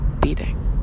beating